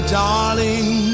darling